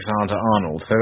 Alexander-Arnold